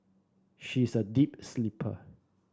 she is a deep sleeper